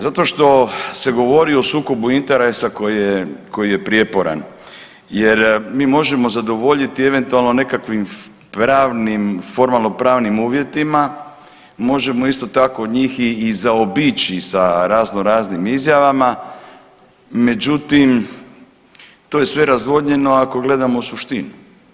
Zato što se govori o sukobu interesa koji je prijeporan, jer mi možemo zadovoljiti eventualno nekakvim pravnim, formalno-pravnim uvjetima, možemo isto tako njih i zaobići sa razno, raznim izjavama, međutim, to je sve razvodnjeno ako gledamo u suštinu.